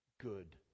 good